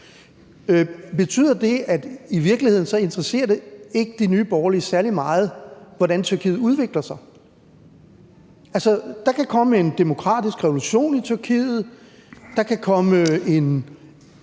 Betyder det, at det i virkeligheden ikke interesserer Nye Borgerlige særlig meget, hvordan Tyrkiet udvikler sig? Altså, der kan komme en demokratisk revolution i Tyrkiet; der kan komme en